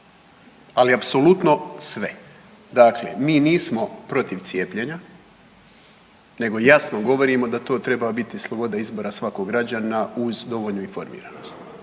Ali apsolutno sve. Dakle, mi nismo protiv cijepljenja, nego jasno govorimo da to treba biti sloboda izbora svakog građanina uz dovoljno informiranosti.